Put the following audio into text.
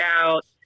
out